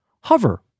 Hover